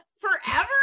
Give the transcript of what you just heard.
Forever